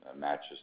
matches